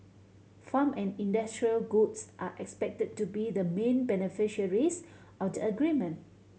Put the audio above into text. farm and industrial goods are expected to be the main beneficiaries of the agreement